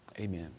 Amen